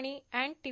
आणि and T